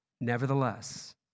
Nevertheless